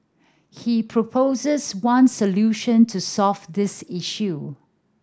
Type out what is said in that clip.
he proposes one solution to solve this issue